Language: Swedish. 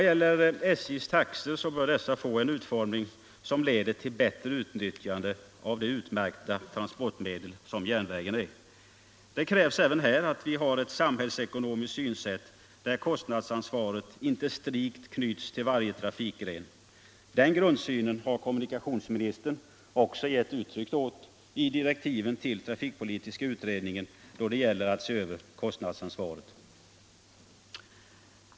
SJ:s taxor bör få en utformning som leder till bättre utnyttjande av det utmärkta transportmedel som järnvägen är. Även här krävs ett samhällsekonomiskt synsätt, där kostnadsansvaret inte strikt knyts till varje trafikgren. Den grundsynen har kommunikationsministern också givit uttryck åt i direktiven till trafikpolitiska utredningen då det gäller att se över kostnadsansvaret.